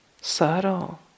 Subtle